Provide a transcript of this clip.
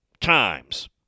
times